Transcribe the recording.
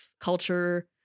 culture